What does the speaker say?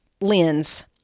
lens